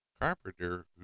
Carpenter